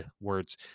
words